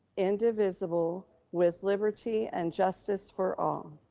indivisible, with liberty and justice for all.